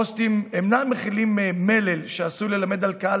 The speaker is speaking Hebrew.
הפוסטים אינם מכילים מלל שעשוי ללמד על קהל